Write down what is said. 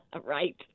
right